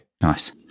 Nice